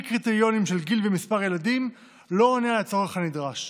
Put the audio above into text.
קריטריונים של גיל ומספר הילדים לא עונה על הצורך הנדרש.